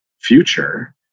future